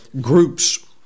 groups